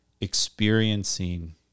experiencing